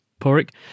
Porik